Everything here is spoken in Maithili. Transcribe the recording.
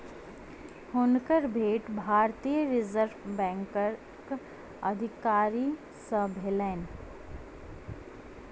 हुनकर भेंट भारतीय रिज़र्व बैंकक अधिकारी सॅ भेलैन